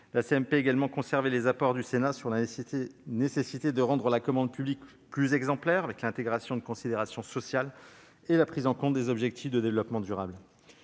La CMP a également conservé les apports du Sénat quant à la nécessité de rendre la commande publique plus exemplaire, avec l'intégration de considérations sociales et la prise en compte des objectifs de développement durable.